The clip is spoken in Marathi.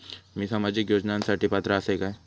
मी सामाजिक योजनांसाठी पात्र असय काय?